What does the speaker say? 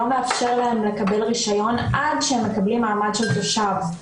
לא מאפשר להם לקבל רישיון עד שהם מקבלים מעמד של תושב,